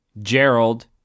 Gerald